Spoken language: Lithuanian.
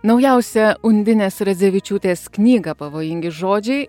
naujausią undinės radzevičiūtės knygą pavojingi žodžiai